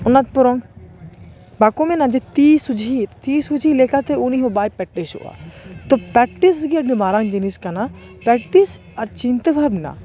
ᱚᱱᱟᱛ ᱛᱚᱨᱚᱝ ᱵᱟᱠᱚ ᱢᱮᱱᱟ ᱛᱤ ᱥᱩᱡᱽᱦᱤ ᱛᱤ ᱥᱩᱡᱽᱦᱤ ᱞᱮᱠᱟᱛᱮ ᱩᱱᱤ ᱦᱚᱸ ᱵᱟᱭ ᱯᱮᱠᱴᱤᱥᱚᱜᱼᱟ ᱛᱚ ᱯᱮᱠᱴᱤᱥ ᱜᱮ ᱟᱹᱰᱤ ᱢᱟᱨᱟᱝ ᱡᱤᱱᱤᱥ ᱠᱟᱱᱟ ᱯᱮᱠᱴᱤᱥ ᱟᱨ ᱪᱤᱱᱛᱟᱹ ᱵᱷᱟᱵᱱᱟ